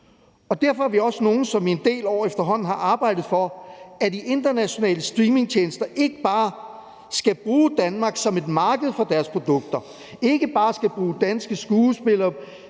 derfor er vi også nogle, som i en del år efterhånden har arbejdet for, at de internationale streamingtjenester ikke bare skal bruge Danmark som et marked for deres produkter, ikke bare skal bruge danske skuespiller,